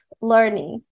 learning